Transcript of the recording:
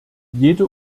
jede